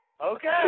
Okay